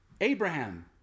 Abraham